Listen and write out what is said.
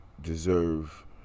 deserve